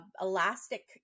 elastic